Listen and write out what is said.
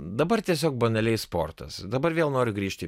dabar tiesiog banaliai sportas dabar vėl noriu grįžti į